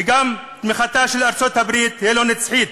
וגם תמיכתה של ארצות-הברית היא לא נצחית.